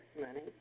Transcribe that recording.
money